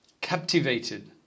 captivated